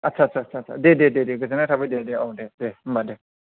आथसा सा सा दे दे दे गोजोननाय थाबाय दे औ दे दे होम्बा दे